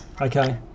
Okay